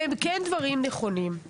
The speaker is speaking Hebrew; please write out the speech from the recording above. והם כן דברים נכונים.